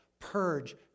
purge